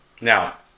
Now